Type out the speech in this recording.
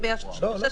סעיף 136